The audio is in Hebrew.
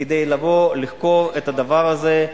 כדי לבוא, לחקור את הדבר הזה.